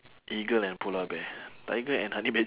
eagle and polar bear tiger and honey bad~